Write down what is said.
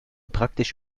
praktisch